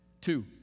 Two